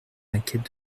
inquiète